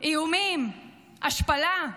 איומים, השפלה,